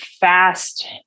fast